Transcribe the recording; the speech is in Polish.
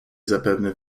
zapewne